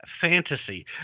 fantasy